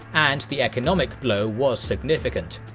and the economic blow was significant.